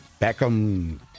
Beckham